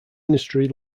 industry